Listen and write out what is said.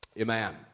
Amen